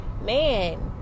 man